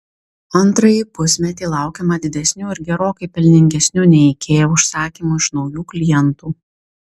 antrąjį pusmetį laukiama didesnių ir gerokai pelningesnių nei ikea užsakymų iš naujų klientų